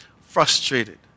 frustrated